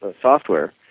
software